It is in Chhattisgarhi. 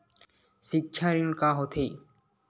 सिक्छा ऋण का होथे?